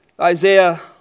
Isaiah